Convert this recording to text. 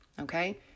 okay